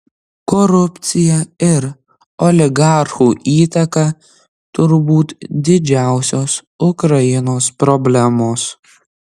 korupcija ir oligarchų įtaka turbūt didžiausios ukrainos problemos